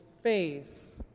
faith